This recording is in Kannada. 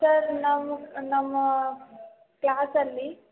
ಸರ್ ನವ್ ನಮ್ಮ ಕ್ಲಾಸಲ್ಲಿ